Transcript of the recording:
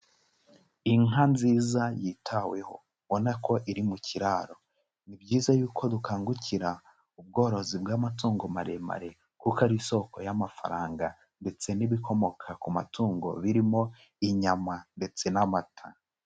Inka nziza yitaweho, ubona ko iri mu kiraro, ni byiza y'uko dukangukira ubworozi bw'amatungo maremare kuko ari isoko y'amafaranga ndetse n'ibikomoka ku matungo birimo inyama ndetse n'amata.